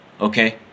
Okay